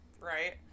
right